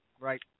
Right